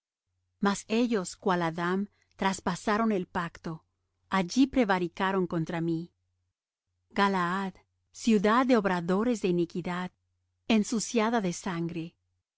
mas ellos cual adam traspasaron el pacto allí prevaricaron contra mí galaad ciudad de obradores de iniquidad ensuciada de sangre